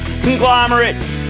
conglomerate